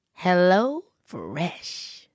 HelloFresh